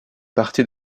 partie